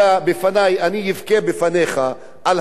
אני אבכה בפניך על המצב שלי.